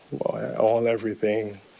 all-everything